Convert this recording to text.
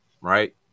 right